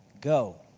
Go